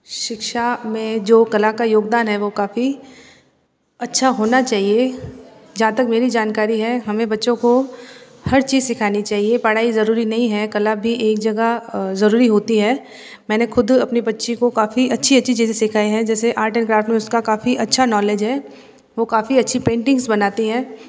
शिक्षा में जो कला का योगदान है वह काफ़ी अच्छा होना चाहिए जहाँ तक मेरी जानकारी है हमें बच्चों को हर चीज सिखानी चाहिए पढाई जरूरी नहीं है कला भी एक जगह जरूरी होती है मैंने खुद अपनी बच्ची को काफ़ी अच्छी अच्छी चीज़ें सिखाई हैं जैसे आर्ट एन क्राफ में उसका काफ़ी अच्छा नॉलेज है वो काफ़ी अच्छी पेंटिंग्स बनाती है